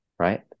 Right